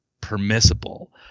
permissible